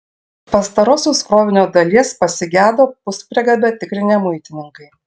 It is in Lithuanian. pastarosios krovinio dalies pasigedo puspriekabę tikrinę muitininkai